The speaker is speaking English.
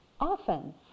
Often